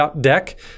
deck